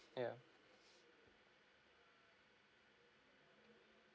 yeah